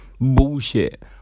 bullshit